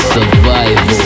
Survival